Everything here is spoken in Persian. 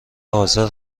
حاضر